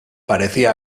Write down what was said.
parecía